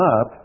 up